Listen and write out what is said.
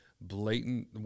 blatant